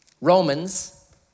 Romans